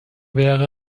wäre